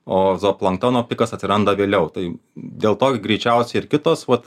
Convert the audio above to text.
o zooplanktono pikas atsiranda vėliau tai dėl to greičiausiai ir kitos vat